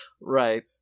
Right